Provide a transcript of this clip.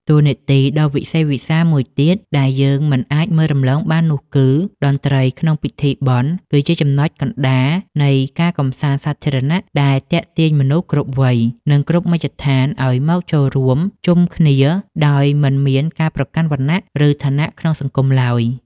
តួនាទីដ៏វិសេសវិសាលមួយទៀតដែលយើងមិនអាចមើលរំលងបាននោះគឺ តន្ត្រីក្នុងពិធីបុណ្យគឺជាចំណុចកណ្តាលនៃការកម្សាន្តសាធារណៈដែលទាញយកមនុស្សគ្រប់វ័យ និងគ្រប់មជ្ឈដ្ឋានឱ្យមកចូលរួមជុំគ្នាដោយមិនមានការប្រកាន់វណ្ណៈ ឬឋានៈក្នុងសង្គមឡើយ។